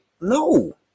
no